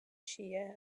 شیعه